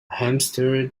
hamster